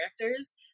characters